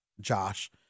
Josh